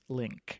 link